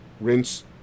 rinse